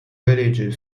village